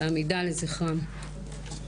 בעמידה לזכרם.